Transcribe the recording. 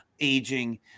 aging